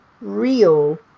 real